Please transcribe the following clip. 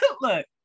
Look